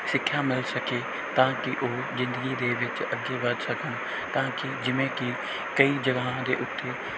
ਸਿੱਖਿਆ ਮਿਲ ਸਕੇ ਤਾਂ ਕਿ ਉਹ ਜਿੰਦਗੀ ਦੇ ਵਿੱਚ ਅੱਗੇ ਵਧ ਸਕਣ ਤਾਂ ਕਿ ਜਿਵੇਂ ਕਿ ਕਈ ਜਗ੍ਹਾ ਦੇ ਉੱਤੇ